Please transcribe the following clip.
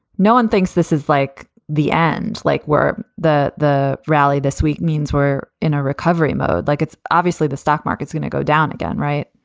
no one thinks this is like the end, like were that the rally this week means we're in a recovery mode. like it's obviously the stock market's going to go down again right,